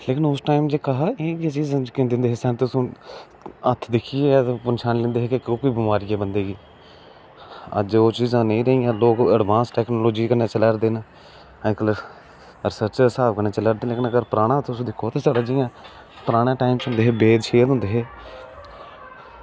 ते उस टाईम जेह्का इयै संत हत्थ दिक्खियै गै पंछानी लैंदे हे कि कोह्की बमारी ऐ बंदे बिच अज्ज ओह् चीज़ां नेईं रेहियां लोक एडवांस टेक्नोलॉज़ी कन्नै चला दे न अज्जकल ते सच्चे स्हाब कन्नै चलादे न पर पराना तुस दिक्खो तां तुस ते पराने टैम च होंदे हे बेल होंदे हे